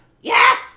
Yes